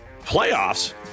Playoffs